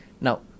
Now